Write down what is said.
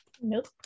Nope